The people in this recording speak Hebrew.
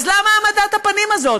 אז למה העמדת הפנים הזאת?